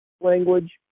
language